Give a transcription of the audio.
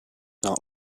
not